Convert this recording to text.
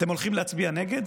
אתם הולכים להצביע נגד?